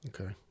okay